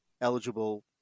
eligible